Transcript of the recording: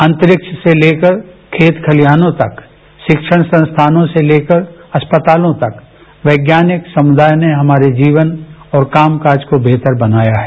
अंतरिक से लेकर खेत खलिहानों तथा शिक्षण संस्थाओं से लेकर अस्पतालों तक वैज्ञानिक समुदाय ने हमारे जीवन और कामकाज को बेहतर बनाया है